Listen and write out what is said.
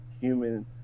human